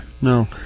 no